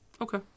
Okay